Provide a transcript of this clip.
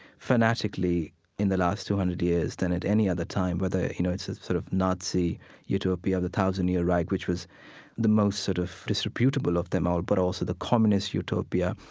fanatically in the last two hundred years than at any other time, whether, you know, it's the sort of nazi utopia, the thousand-year reich, which was the most sort of disreputable of them all, but also the communist utopia.